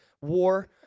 war